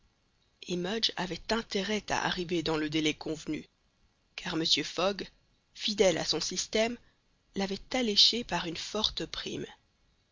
avait intérêt à arriver dans le délai convenu car mr fogg fidèle à son système l'avait alléché par une forte prime